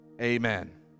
Amen